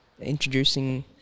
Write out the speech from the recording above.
introducing